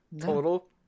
total